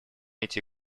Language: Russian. идти